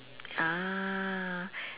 ah